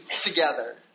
together